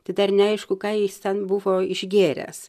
tai dar neaišku ką jis ten buvo išgėręs